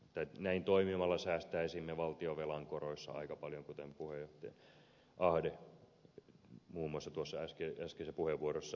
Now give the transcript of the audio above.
näin toimimalla säästäisimme valtionvelan koroissa aika paljon kuten puheenjohtaja ahde muun muassa äskeisessä puheenvuorossaan laskeskeli